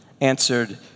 Answered